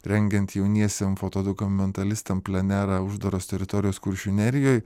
rengiant jauniesiem fotodokumetalistam plenerą uždaros teritorijos kuršių nerijoj